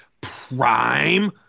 prime